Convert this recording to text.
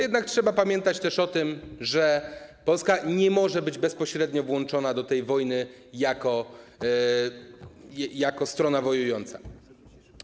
Jednak trzeba pamiętać też o tym, że Polska nie może być bezpośrednio włączona do tej wojny jako strona wojująca.